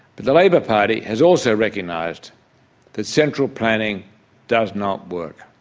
the labor party has also recognised that central planning does not work.